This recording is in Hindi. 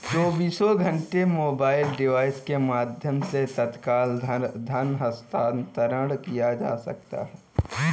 चौबीसों घंटे मोबाइल डिवाइस के माध्यम से तत्काल धन हस्तांतरण किया जा सकता है